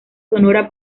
sonora